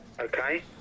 Okay